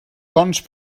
tons